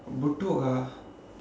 bedok ah